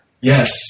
Yes